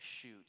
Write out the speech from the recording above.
shoot